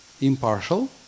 impartial